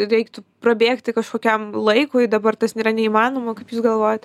reiktų prabėgti kažkokiam laikui dabar tas yra neįmanoma kaip jūs galvojat